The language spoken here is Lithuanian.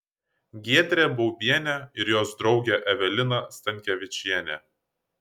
giedrė baubienė ir jos draugė evelina stankevičienė